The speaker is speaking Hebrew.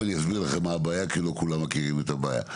ואני אסביר לכם מה הבעיה כי לא כולם מכירים את הבעיה.